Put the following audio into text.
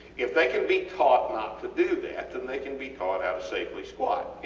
if they can be taught not to do that then they can be taught how to safely squat